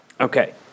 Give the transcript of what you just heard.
Okay